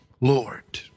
Lord